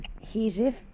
adhesive